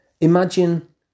Imagine